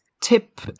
tip